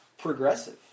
progressive